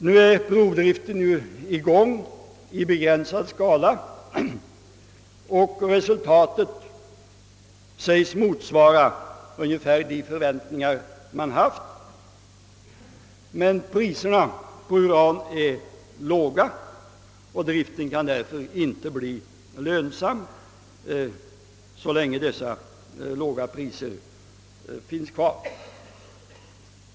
Nu är provdriften vid Ranstadverket i gång i begränsad skala och resultatet sägs motsvara ungefär de förväntningar man haft, men priserna på uran är låga och driften kan därför inte bli lön sam så länge dessa låga priser finns kvar.